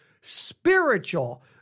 spiritual